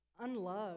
unloved